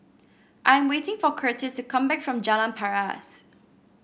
I am waiting for Curtiss to come back from Jalan Paras